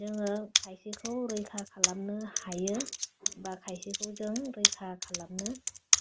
जोङो खायसेखौ रैखा खालामनो हायो बा खायसेखौ जों रैखा खालामनो